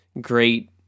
great